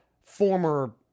former